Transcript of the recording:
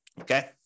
okay